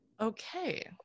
okay